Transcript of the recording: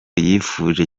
yifuje